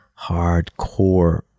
hardcore